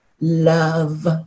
love